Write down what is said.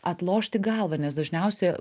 atlošti galvą nes dažniausiai